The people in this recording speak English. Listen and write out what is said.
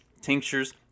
tinctures